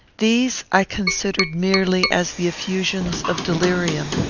these i considered merely as the effusions of delirium,